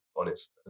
honest